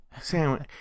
sandwich